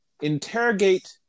interrogate